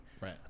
Right